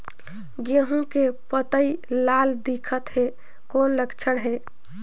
गहूं के पतई लाल दिखत हे कौन लक्षण हे?